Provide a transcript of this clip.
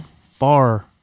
far